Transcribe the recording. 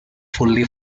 fully